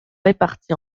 réparti